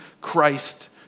Christ